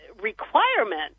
requirement